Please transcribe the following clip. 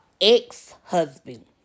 ex-husband